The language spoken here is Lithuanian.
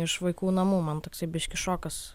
iš vaikų namų man toksai biškį šokas